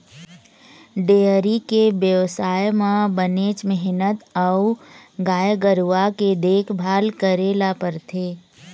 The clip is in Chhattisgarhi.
डेयरी के बेवसाय म बनेच मेहनत अउ गाय गरूवा के देखभाल करे ल परथे